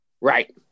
Right